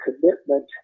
commitment